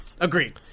Agreed